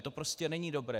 To prostě není dobré.